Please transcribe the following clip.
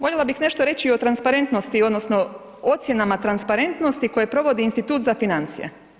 Voljela bi nešto reći o transparentnosti odnosno o ocjenama transparentnosti koje provodi Institut za financije.